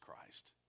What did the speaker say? Christ